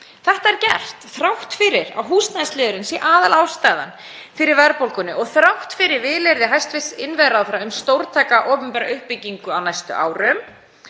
Þetta er gert þrátt fyrir að húsnæðisliðurinn sé aðalástæðan fyrir verðbólgunni og þrátt fyrir vilyrði hæstv. iðnviðaráðherra um stórtæka opinbera uppbyggingu á næstu árum.